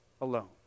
alone